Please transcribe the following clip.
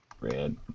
red